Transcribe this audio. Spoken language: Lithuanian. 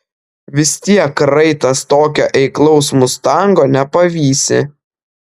vis tiek raitas tokio eiklaus mustango nepavysi